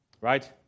Right